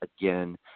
again